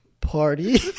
party